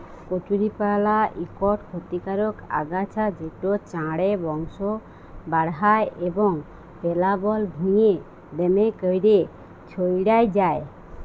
কচুরিপালা ইকট খতিকারক আগাছা যেট চাঁড়ে বংশ বাঢ়হায় এবং পেলাবল ভুঁইয়ে দ্যমে ক্যইরে ছইড়াই যায়